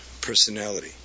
personality